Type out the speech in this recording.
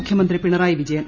മുഖ്യമന്ത്രി പിണറായി വിജയൻ